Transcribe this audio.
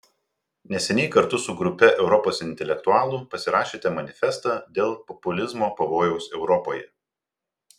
neseniai kartu su grupe europos intelektualų pasirašėte manifestą dėl populizmo pavojaus europoje